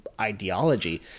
Ideology